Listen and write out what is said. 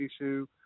issue